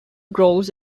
grows